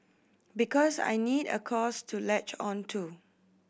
because I need a cause to latch on to